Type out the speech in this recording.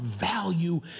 value